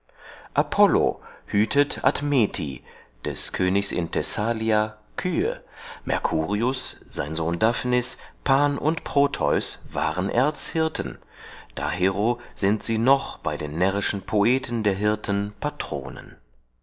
hütet admeti des königs in thessalia kühe mercurius sein sohn daphnis pan und proteus waren erzhirten dahero seind sie noch bei den närrischen poeten der hirten patronen